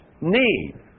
need